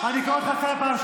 אני קורא אותך לסדר פעם ראשונה.